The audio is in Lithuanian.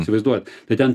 įsivaizduojat tai ten